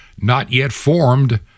not-yet-formed